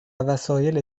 وسایل